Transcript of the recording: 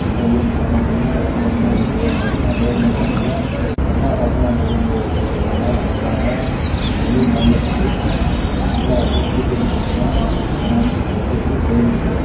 எந்த ஊருக்கு போகணும் அப்படின்னா டக்குன்னு உடனே ஒரு க பஸ்செல்லாம் கவர்மெண்ட்டுக்கிறதுனால உடனே டக்குன்னு அந்த ஊருக்கு போக சொல்கிறாங்க அனுப்புகிறாங்க இன்றைக்கி வெளி மாநிலத்துக்கு நீங்கள் ஆந்திரா கிட்டத்தட்ட திருப்பதிக்கு போகணுன்னா உடனே பஸ்ஸு இருக்குது ட்ரெயின் இருக்குது